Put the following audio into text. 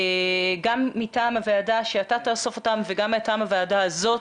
גם מטעם הוועדה שאתה תאסוף אותם וגם מטעם הוועדה הזאת,